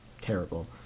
terrible